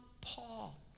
Paul